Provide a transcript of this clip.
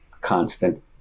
constant